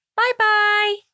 bye-bye